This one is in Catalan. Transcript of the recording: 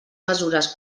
mesures